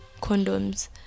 condoms